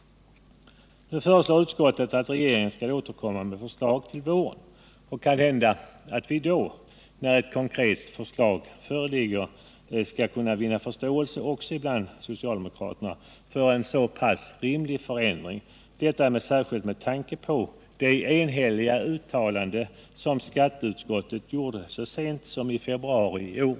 Nu föreslår utskottet att regeringen skall återkomma med förslag till våren. Kanske vi då — när ett konkret förslag har kommit — kan vinna förståelse också bland socialdemokraterna för en så pass rimlig förändring, detta särskilt med tanke på det enhälliga uttalande som skatteutskottet gjorde så sent som i februari i år.